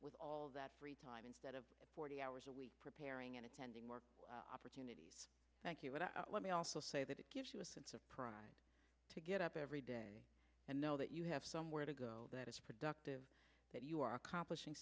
with all that free time instead of forty hours a week preparing and attending more opportunities thank you but let me also say that it gives you a sense of pride to get up every day and know that you have somewhere to go productive that you are accomplishing